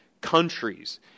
countries